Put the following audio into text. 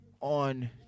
on